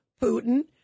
Putin